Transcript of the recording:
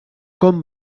com